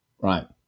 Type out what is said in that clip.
Right